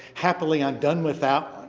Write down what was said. happily, i'm done with that